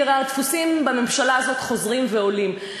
כי הרי הדפוסים בממשלה הזאת חוזרים ועולים.